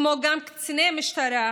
כמו גם קציני משטרה,